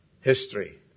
history